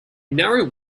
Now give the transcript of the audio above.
narrow